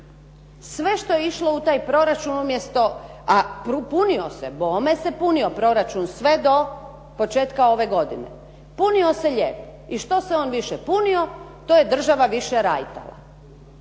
Sve što je išlo u taj proračun umjesto, a punio se, bome se punio proračun sve do početka ove godine. Punio se lijepo. I što se on više punio to je država više rajtala.